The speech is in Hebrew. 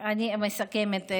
אני מסכמת.